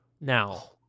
now